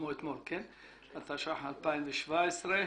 התשע"ח-2017.